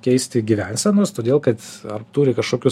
keisti gyvensenos todėl kad ar turi kažkokių